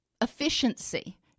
efficiency